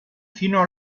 fino